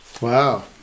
Wow